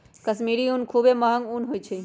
कश्मीरी ऊन खुब्बे महग ऊन होइ छइ